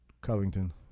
Covington